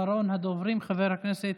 אחרון הדוברים, חבר הכנסת